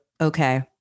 okay